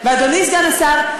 ואדוני סגן השר,